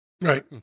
right